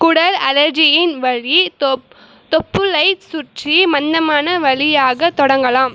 குடல் அலர்ஜியின் வழி தொப்புளைச் சுற்றி மன்னமான வலியாகத் தொடங்கலாம்